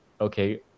okay